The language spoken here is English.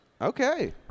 Okay